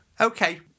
Okay